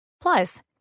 Plus